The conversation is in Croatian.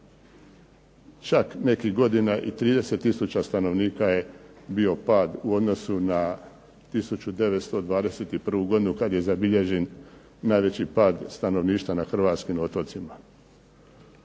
Čak nekih godina i 30 tisuća stanovnika je bio pad u odnosu na 1921. godinu kad je zabilježen najveći pad stanovništva na hrvatskim otocima.